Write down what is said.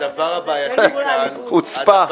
חוצפה.